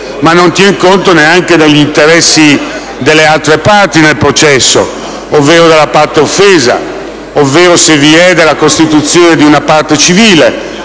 responsabilità, ma neanche degli interessi delle altre parti nel processo, ovvero della parte offesa ovvero, se vi è, della costituzione di una parte civile,